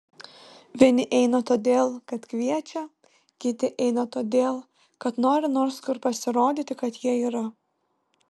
vieni eina todėl kad kviečia kiti eina todėl kad nori nors kur pasirodyti kad jie yra